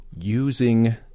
using